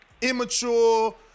immature